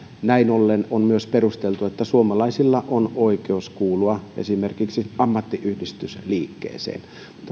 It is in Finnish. näin ollen on myös perusteltua että suomalaisilla on oikeus kuulua esimerkiksi ammattiyhdistysliikkeeseen